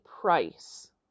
price